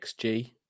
XG